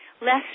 less